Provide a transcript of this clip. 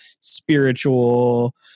spiritual